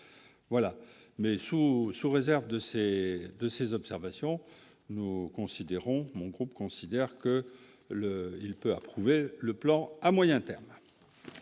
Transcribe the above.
voilà mais sous sous réserve de ces, de ces observations nous considérons que mon groupe considère que le il peut approuver le plan à moyen terme.